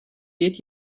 geht